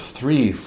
three